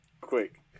quick